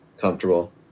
comfortable